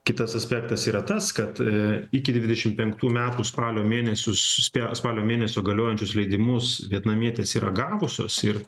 kitas aspektas yra tas kad iki dvidešim penktų metų spalio mėnesius spalio mėnesio galiojančius leidimus vietnamietės yra gavusios ir